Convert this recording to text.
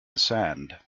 sand